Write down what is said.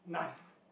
none